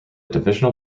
divisional